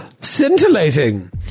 scintillating